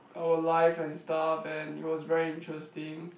our life and stuff and it was very interesting